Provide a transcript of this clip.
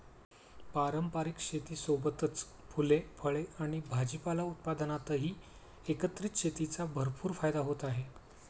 पारंपारिक शेतीसोबतच फुले, फळे आणि भाजीपाला उत्पादनातही एकत्रित शेतीचा भरपूर फायदा होत आहे